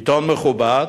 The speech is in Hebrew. עיתון מכובד,